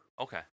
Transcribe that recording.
Okay